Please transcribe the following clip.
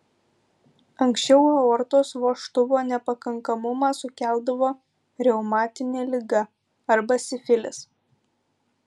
anksčiau aortos vožtuvo nepakankamumą sukeldavo reumatinė liga arba sifilis